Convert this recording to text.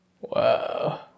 Wow